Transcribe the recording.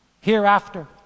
hereafter